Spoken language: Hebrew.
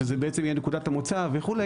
שזה בעצם יהיה נקודת המוצא וכו'.